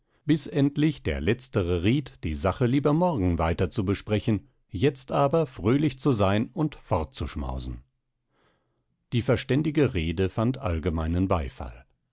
bis endlich der letztere riet die sache lieber morgen weiter zu besprechen jetzt aber fröhlich zu sein und fortzuschmausen die verständige rede fand allgemeinen beifall